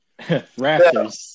Raptors